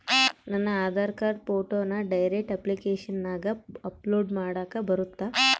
ನನ್ನ ಆಧಾರ್ ಕಾರ್ಡ್ ಫೋಟೋನ ಡೈರೆಕ್ಟ್ ಅಪ್ಲಿಕೇಶನಗ ಅಪ್ಲೋಡ್ ಮಾಡಾಕ ಬರುತ್ತಾ?